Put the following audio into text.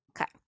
Okay